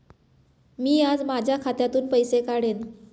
मी आज माझ्या खात्यातून पैसे काढेन